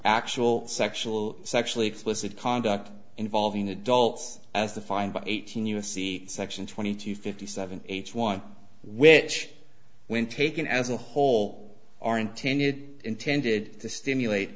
actual sexual sexually explicit conduct involving adults as the find by eighteen u s c section twenty two fifty seven h one which when taken as a whole are intended intended to stimulate